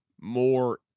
more